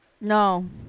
No